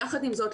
יחד עם זאת,